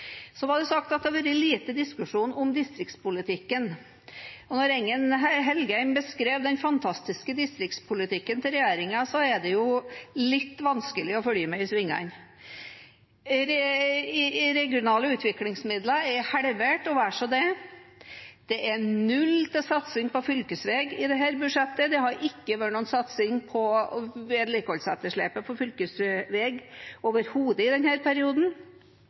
Så ble det sagt at det har vært lite diskusjon om distriktspolitikken. Da Engen-Helgheim beskrev den fantastiske distriktspolitikken til regjeringen, var det litt vanskelig å følge med i svingene. De regionale utviklingsmidlene er halvert og vel så det. Det er null til satsing på fylkesvei i dette budsjettet, og det har overhodet ikke vært noen satsing på vedlikeholdsetterslepet på fylkesvei i denne perioden.